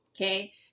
Okay